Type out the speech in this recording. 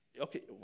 okay